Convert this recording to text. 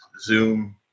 zoom